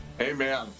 Amen